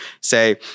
say